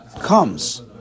comes